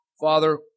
Father